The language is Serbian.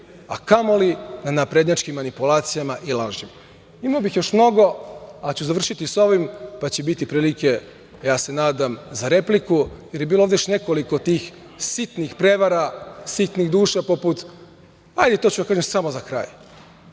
a kamoli na naprednjačkim manipulacijama i lažima. Imao bih još mnogo, ali ću završiti sa ovim pa će biti prilike, ja se nadam, za repliku jer je bilo ovde još nekoliko tih sitnih prevara, sitnih duša poput, ajde to ću da kažem samo za kraj,